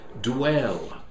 dwell